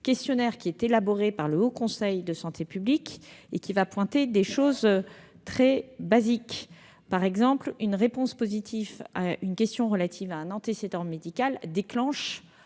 questionnaire relatif à la santé élaboré par le Haut Conseil de la santé publique, et qui contiendra des choses très basiques. Par exemple, une réponse positive à une question relative à un antécédent médical déclenchera